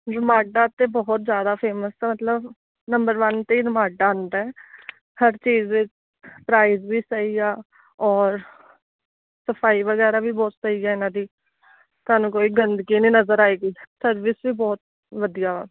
Ramada ਤਾਂ ਬਹੁਤ ਜ਼ਿਆਦਾ ਫੇਮਸ ਮਤਲਬ ਨੰਬਰ ਵੰਨ 'ਤੇ ਰਮਾਡਾ ਆਉਂਦਾ ਹਰ ਚੀਜ਼ ਦਾ ਪ੍ਰਾਈਜ ਵੀ ਸਹੀ ਆ ਔਰ ਸਫ਼ਾਈ ਵਗੈਰਾ ਵੀ ਬਹੁਤ ਸਹੀ ਆ ਇਹਨਾਂ ਦੀ ਤੁਹਾਨੂੰ ਕੋਈ ਗੰਦਗੀ ਨਹੀਂ ਨਜ਼ਰ ਆਏਗੀ ਸਰਵਿਸ ਵੀ ਬਹੁਤ ਵਧੀਆ ਵਾ